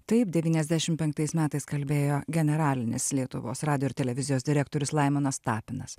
taip devyniasdešim penktais metais kalbėjo generalinis lietuvos radijo ir televizijos direktorius laimonas tapinas